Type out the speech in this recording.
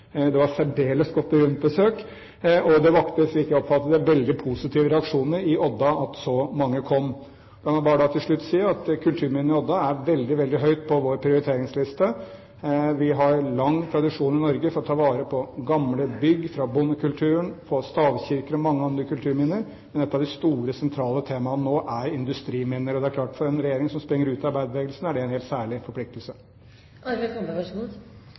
og det vakte, slik jeg oppfattet det, veldig positive reaksjoner i Odda at så mange kom. La meg bare til slutt si at kulturminner i Odda står veldig høyt på vår prioriteringsliste. Vi har lang tradisjon i Norge for å ta vare på gamle bygg fra bondekulturen, på stavkirker og mange andre kulturminner, men et av de store sentrale temaene nå er industriminner. For en regjering som springer ut av arbeiderbevegelsen, er det klart at det er en helt særlig